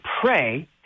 pray